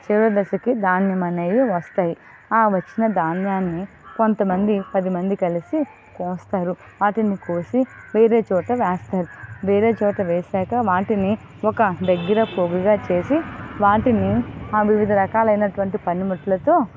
చివరి దశకు ధాన్యం అనేది వస్తాయి ఆ వచ్చిన ధాన్యాన్ని కొంతమంది పదిమంది కలిసి కోస్తారు వాటిని కోసి వేరేచోట వేస్తారు వేరే చోట వేశాక వాటిని ఒక దగ్గర పోగుగా చేసి వాటిని ఆ వివిధ రకాలైనటువంటి పనిముట్లతో